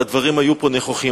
והדברים היו פה נכוחים.